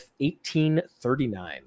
1839